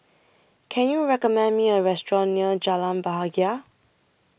Can YOU recommend Me A Restaurant near Jalan Bahagia